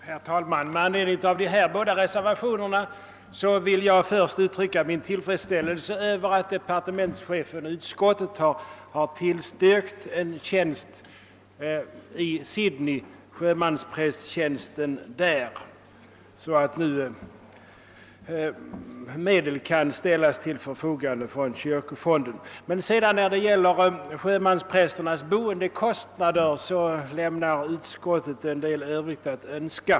Herr talman! Med anledning av dessa båda reservationer vill jag först uttrycka min tillfredsställelse över att departementschefen och utskottet har tillstyrkt en tjänst i Sydney, alltså en sjömansprästtjänst där. Vad beträffar sjömansprästernas boendekostnader lämnar utskottets ställningstagande en del övrigt att önska.